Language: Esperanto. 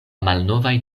malnovaj